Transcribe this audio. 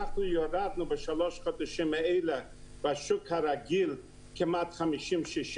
אנחנו ירדנו בשלושה החודשים האלה בשוק הרגיל בכמעט 50% - 60%,